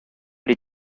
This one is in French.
les